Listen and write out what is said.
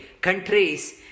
countries